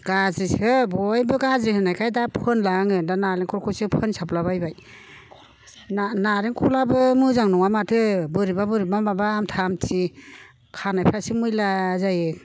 गाज्रिसो बयबो गाज्रि होननायखाय दा फोनला आङो दा नारेंखलखौसो फोनसाबला बायबाय नारेंखलाबो मोजां नङा माथो बोरैबा बोरैबा माबा आमथा आमथि खानायफ्रासो मैला जायो